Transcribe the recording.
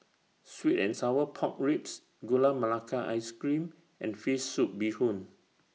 Sweet and Sour Pork Ribs Gula Melaka Ice Cream and Fish Soup Bee Hoon